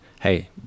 Hey